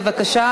בבקשה.